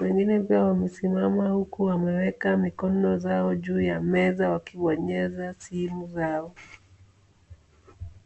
Wengine pia wamesimama huku wameweka mikono zao juu ya meza wakibonyeza simu zao.